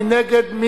מי נגד?